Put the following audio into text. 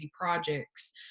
projects